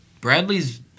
Bradley's